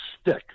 stick